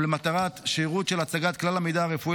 למטרת שירות של הצגת כלל המידע הרפואי